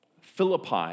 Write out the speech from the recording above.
Philippi